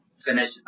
finish